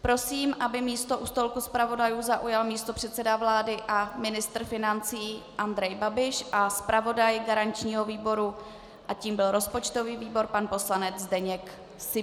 Prosím, aby místo u stolku zpravodajů zaujal místopředseda vlády a ministr financí Andrej Babiš a zpravodaj garančního výboru, tím byl rozpočtový výbor, pan poslanec Zdeněk Syblík.